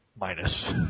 minus